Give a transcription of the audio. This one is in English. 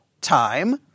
time